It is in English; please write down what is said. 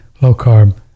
low-carb